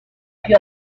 più